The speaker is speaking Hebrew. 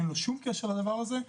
שאין לו שום קשר לדבר הזה,